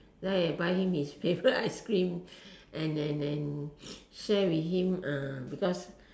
then I buy him his favourite ice cream and and and share with him uh because